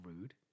rude